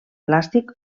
plàstic